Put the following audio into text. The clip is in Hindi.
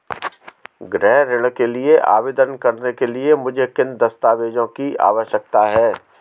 गृह ऋण के लिए आवेदन करने के लिए मुझे किन दस्तावेज़ों की आवश्यकता है?